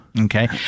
Okay